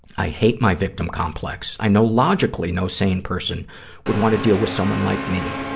i hate my victim complex. i know logically no sane person would want to deal with someone like me.